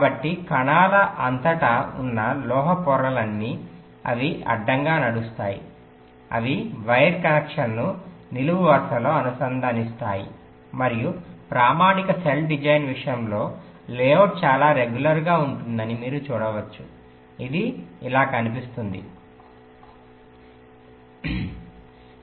కాబట్టి కణాల అంతటా ఉన్న లోహ పొరలన్నీ అవి అడ్డంగా నడుస్తాయి అవి వైర్ కనెక్షన్ను నిలువు వరుసలతో అనుసంధానిస్తాయి మరియు ప్రామాణిక సెల్ డిజైన్ విషయంలో లేఅవుట్ చాలా రెగ్యులర్గా ఉంటుందని మీరు చూడవచ్చు ఇది ఇలా కనిపిస్తుంది కుడి